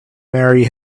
marry